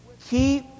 Keep